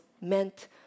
meant